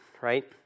right